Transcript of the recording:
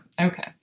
Okay